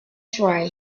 try